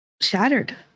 shattered